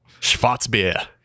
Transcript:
Schwarzbier